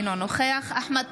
אינו נוכח אחמד